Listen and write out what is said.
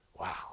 Wow